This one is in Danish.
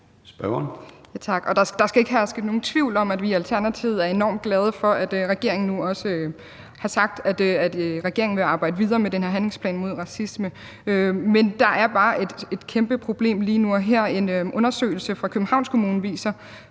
(ALT): Tak. Der skal ikke herske nogen tvivl om, at vi i Alternativet er enormt glade for, at regeringen nu også har sagt, at regeringen vil arbejde videre med den her handlingsplan mod racisme. Men der er bare et kæmpeproblem lige nu og her. En undersøgelse fra Københavns Kommune fra